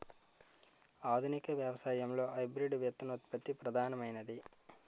ఆధునిక వ్యవసాయంలో హైబ్రిడ్ విత్తనోత్పత్తి ప్రధానమైనది